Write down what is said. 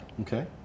Okay